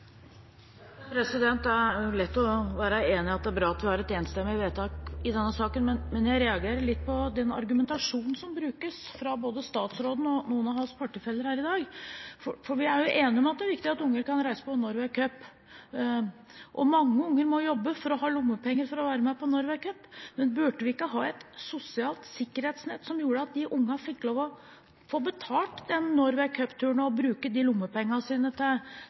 bra vi har et enstemmig vedtak i denne saken. Men jeg reagerer litt på argumentasjonen som brukes fra både statsråden og noen av hans partifeller her i dag. Vi er enig om at det er viktig at unger kan reise til Norway Cup. Mange unger må jobbe for å ha lommepenger for å være med på Norway Cup. Men burde vi ikke ha et sosialt sikkerhetsnett som gjorde at de ungene fikk lov til å få betalt den Norway Cup-turen og bruke lommepengene sine til